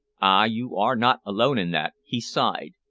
ah, you are not alone in that, he sighed,